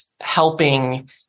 helping